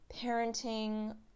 parenting